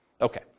Okay